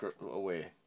away